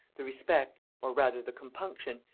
the respect, or rather the compunction,